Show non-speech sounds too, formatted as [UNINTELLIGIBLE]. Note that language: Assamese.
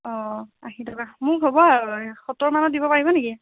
অ' আশী টকা মোৰ হ'ব [UNINTELLIGIBLE] সত্তৰ মানত দিব পাৰিব নেকি